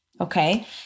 Okay